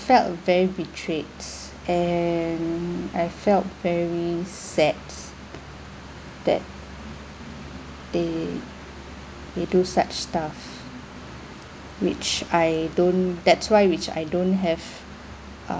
felt very betrayed and I felt very sad that they they do such stuff which I don't that's why which I don't have